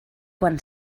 quan